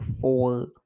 four